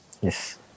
Yes